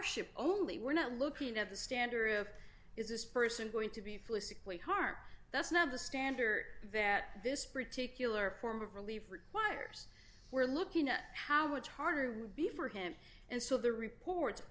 if only we're not looking at the standard of is this person going to be physically harmed that's not the standard that this particular form of relief requires we're looking at how much harder would be for him and so the report